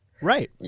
Right